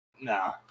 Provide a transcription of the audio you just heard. Nah